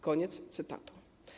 Koniec cytatu.